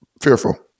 fearful